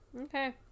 Okay